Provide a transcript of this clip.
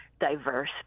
diverse